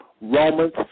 Romans